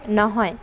নহয়